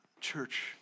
church